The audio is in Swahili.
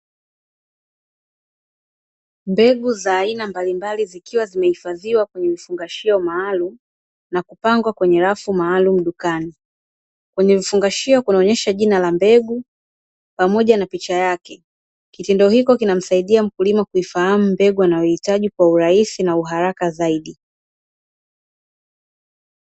Mbegu za aina mbalimbali, zikiwa zimehifadhiwa kwenye vifungashio maalumu na kupangwa kwenye rafu maalumu dukani. Kwenye vifungashio kunaonyesha jina la mbegu, pamoja na picha yake kitendo hiko kinamsaidia mkulima kuifahamu mbegu, anayohitaji kwa urahisi na uharaka zaidi.